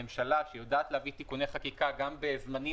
הממשלה שיודעת להביא תיקוני חקיקה גם בזמנים